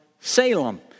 Salem